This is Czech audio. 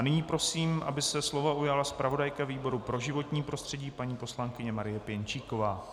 Nyní prosím, aby se slova ujala zpravodajka výboru pro životní prostředí paní poslankyně Marie Pěnčíková.